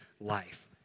life